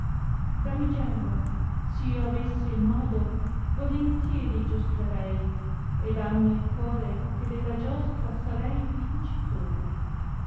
damigella s io avesse il modo volentieri giostrerei e dammi il cuore che della giostra sarei vincitore